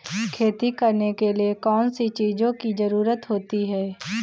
खेती करने के लिए कौनसी चीज़ों की ज़रूरत होती हैं?